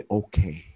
okay